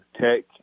tech